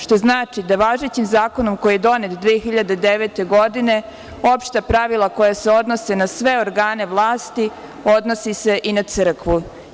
Što znači da važećim zakonom koji je donet 2009. godine, opšta pravila koja se odnose na sve organe vlasti, odnosi se i na crkvu.